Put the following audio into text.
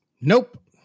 Nope